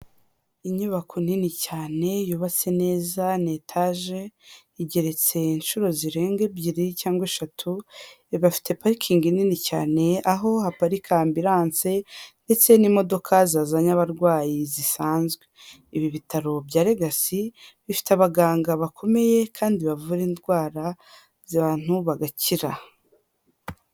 Inyubako nini cyane yubatse neza ni etage, igeretse inshuro zirenga ebyiri cyangwa eshatu, bafite parikingi nini cyane, aho haparika ambulance ndetse n'imodoka zazanye abarwayi zisanzwe. Ibi bitaro bya Legacy, bifite abaganga bakomeye kandi bavura indwara z'abantu bagakira.